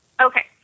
Okay